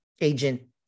Agent